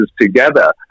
together